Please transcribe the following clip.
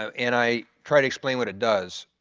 um and i try to explain what it does,